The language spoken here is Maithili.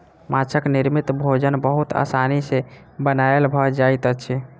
माँछक निर्मित भोजन बहुत आसानी सॅ बनायल भ जाइत अछि